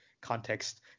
context